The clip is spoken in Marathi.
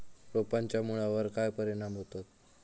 रोपांच्या मुळावर काय परिणाम होतत?